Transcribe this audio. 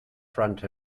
front